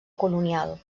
colonial